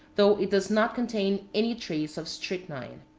though it does not contain any trace of strychnine.